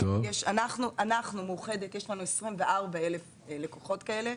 לנו במאוחדת יש 24,000 לקוחות כאלה.